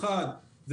האחד,